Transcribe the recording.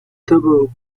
d’abord